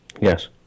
Yes